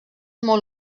molt